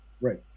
Right